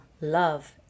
love